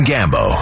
Gambo